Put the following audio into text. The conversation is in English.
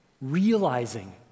realizing